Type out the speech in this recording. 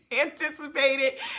anticipated